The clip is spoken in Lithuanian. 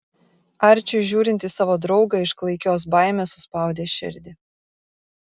arčiui žiūrint į savo draugą iš klaikios baimės suspaudė širdį